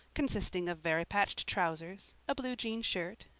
consisting of varipatched trousers, a blue jean shirt,